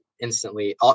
instantly